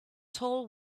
tall